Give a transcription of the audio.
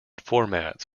formats